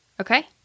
okay